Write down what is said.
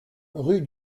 rue